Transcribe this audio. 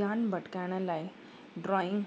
ध्यानु भटकाइण लाइ ड्राइंग